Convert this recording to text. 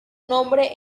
nombre